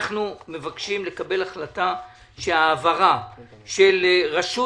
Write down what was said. אנחנו מבקשים לקבל החלטה שההעברה של הרשות